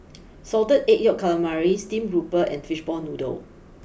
Salted Egg Yolk Calamari Steamed grouper and Fishball Noodle